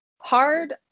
hard